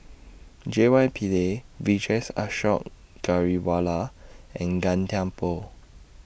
J Y Pillay Vijesh Ashok Ghariwala and Gan Thiam Poh